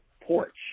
porch